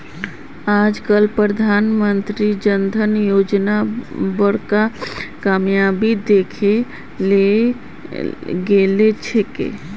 आज तक प्रधानमंत्री जन धन योजनार बड़का कामयाबी दखे लियाल गेलछेक